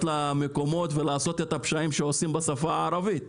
למקומות ולעשות את הפשעים שעושים בשפה הערבית.